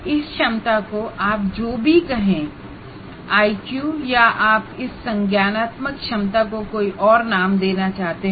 इस क्षमता को आप जो भी कहें आईक्यू या आप इस संज्ञानात्मक क्षमता को कोई और नाम देना चाहते हैं